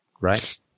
Right